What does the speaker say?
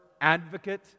advocate